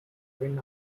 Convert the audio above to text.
win